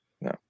No